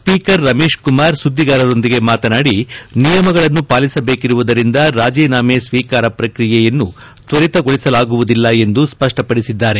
speaker Ramesh Kumar ಸುದ್ದಿಗಾರರೊಂದಿಗೆ ಮಾತನಾಡಿ ನಿಯಮಗಳನ್ನು ಪಾಲಿಸಬೇಕಿರುವುದರಿಂದ ರಾಜೀನಾಮೆ ಸ್ವೀಕಾರ ಪ್ರಕ್ರಿಯೆಯನ್ನು ತ್ವರಿತಗೊಳಿಸಲಾಗುವುದಿಲ್ಲ ಎಂದು ಸ್ಪಷ್ಪಪಡಿಸಿದ್ದಾರೆ